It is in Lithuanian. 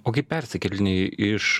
o kai persikėlinėjai iš